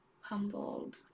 humbled